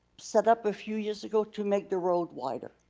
set up a few years ago to make the road wider.